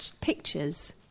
pictures